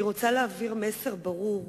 אני רוצה להעביר מסר ברור: